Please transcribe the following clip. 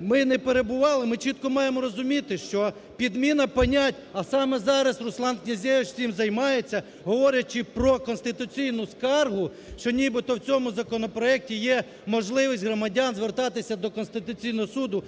ми не перебували, ми чітко маємо розуміти, що підміна понять, а саме зараз Руслан Князевич цим займається, говорячи про конституційну скаргу, що нібито в цьому законопроекті є можливість громадян звертатися до Конституційного Суду,